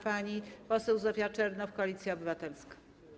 Pani poseł Zofia Czernow, Koalicja Obywatelska.